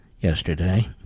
yesterday